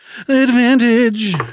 Advantage